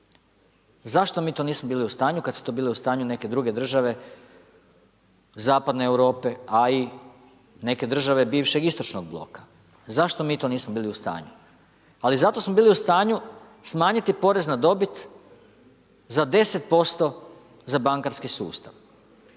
Zašto mi to nismo bili u stanju kad su to bile u stanju neke druge države zapadne Europe, a i neke države bivšeg istočnog bloka? Zašto mi to nismo bili u stanju? Ali zato smo bili u stanju smanjiti porez na dobit za 10% za bankarski sustav.